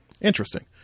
Interesting